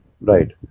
Right